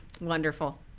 Wonderful